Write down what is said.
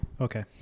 Okay